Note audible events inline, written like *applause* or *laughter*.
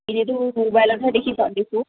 এনেইতো মোবাইলতহে দেখি *unintelligible* দেখোঁ